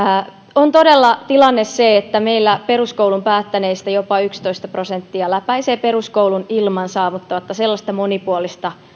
on todella tilanne se että meillä peruskoulun päättäneistä jopa yksitoista prosenttia läpäisee peruskoulun saavuttamatta sellaista monipuolista